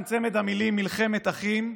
צמד המילים "מלחמת אחים".